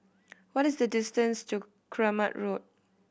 what is the distance to Keramat Road